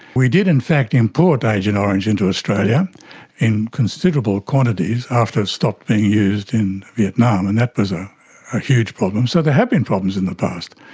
we did in fact import agent orange into australia in considerable quantities after it stopped being used in vietnam, and that was a ah huge problem. so there have been problems in the past,